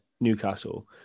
Newcastle